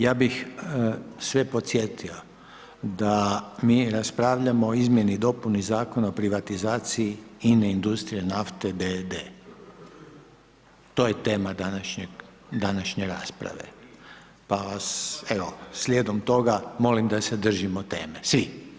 Ja bih sve podsjetio da mi raspravljamo o izmjeni i dopuni Zakona o privatizaciji INA-e INDUSTRIJE NAFTE d.d., to je tema današnje rasprave, pa vas, evo, slijedom toga, molim da se držimo teme, svi.